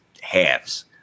halves